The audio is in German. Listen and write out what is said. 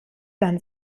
dann